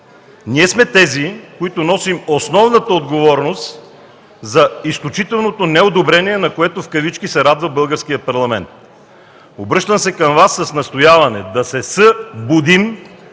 Ние сме тези, които носим основната отговорност за изключителното неодобрение, на което в кавички се радва Българският парламент. Обръщам се към Вас с настояване да се съ-будим